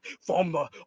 Former